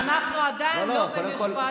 אנחנו עדיין לא במשפט,